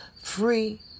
free